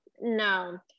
no